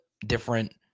different